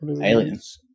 Aliens